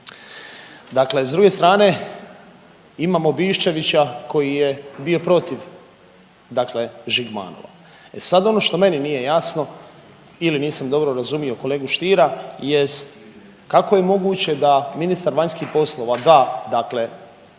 Dakle s druge strane, imamo Biščevića koji je bio protiv dakle Žigmanova. E sad ono što meni nije jasno ili nisam dobro razumio kolegu Stiera jest kako je moguće da ministar vanjskih poslova da dakle